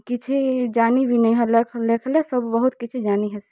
କିଛି ଜାନି ବି ନାଇ ହେଲେ ଲେଖ୍ଲେ ବହୁତ୍ କିଛି ଜାନି ହେସି